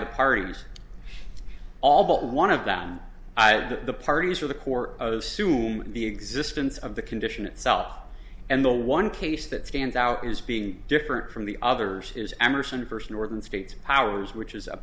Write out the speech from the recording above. the parties all but one of the i like that the parties are the core of sume the existence of the condition itself and the one case that stands out as being different from the others is emerson first northern states powers which is